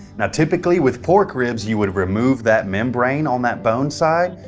now typically with pork ribs you would remove that membrane on that bone side,